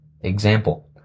Example